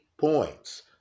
points